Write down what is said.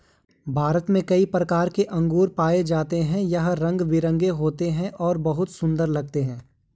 भारत में कई प्रकार के अंगूर पाए जाते हैं यह रंग बिरंगे होते हैं और बहुत सुंदर लगते हैं